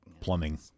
plumbing